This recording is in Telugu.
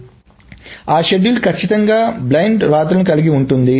కాబట్టి ఆ షెడ్యూల్ ఖచ్చితంగా బ్లైండ్ వ్రాతలను కలిగి ఉంటుంది